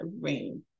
rain